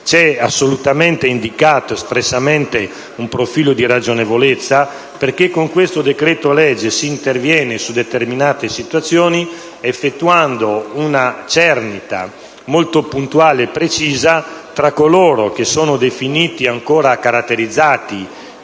È indicato invece espressamente un profilo di ragionevolezza, perché con questo decreto-legge si interviene su determinate situazioni effettuando una cernita molto puntuale e precisa tra coloro che sono caratterizzati